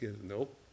Nope